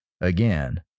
again